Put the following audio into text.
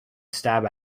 stab